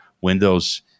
windows